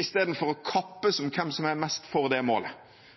i stedet for å kappes om hvem som er mest for det målet.